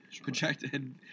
projected